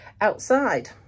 outside